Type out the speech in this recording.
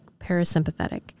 parasympathetic